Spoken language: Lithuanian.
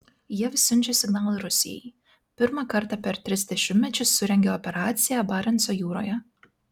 jav siunčia signalą rusijai pirmą kartą per tris dešimtmečius surengė operaciją barenco jūroje